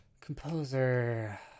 Composer